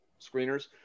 screeners